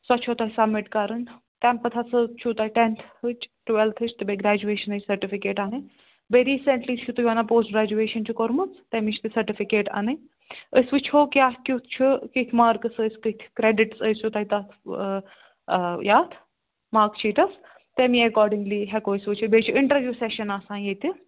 سۄ چھو تۄہہِ سبمِٹ کَرن تمہ پتہٕ ہسا چھو تۄہہِ ٹیٚنتھچ ٹُویٚلتھچ تہٕ بیٚیہِ گریجویشنہ ہٕنٛز سَٹِفِکیٹ اَنن بیٚیہِ ریٖسنٹلی چھِو تُہۍ ونان پوسٹ گریجویشن تہ کٔرمژ تمچ سَٹِفِکیٹ اَنن أسۍ وچھو کیاہ کیُتھ چھُ کِتھ مارکس ٲس کِتھ کریٚڈِٹس ٲسۍ تۄہہِ تتھ یتھ مارکس شیٖٹَس تمے اکاڈِنٛگلی ہیٚکو أسۍ وچھِتھ بیٚیہِ چھ اِنٹروِو سیٚشَن آسان ییٚتہِ